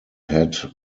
had